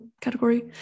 category